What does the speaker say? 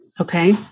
Okay